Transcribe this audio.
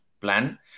plan